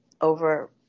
over